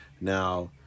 Now